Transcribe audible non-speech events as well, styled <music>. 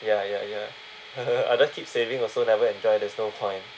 ya ya ya <laughs> otherwise keep saving also never enjoy there's no point